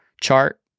chart